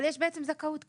אבל יש זכאות כזאת,